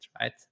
right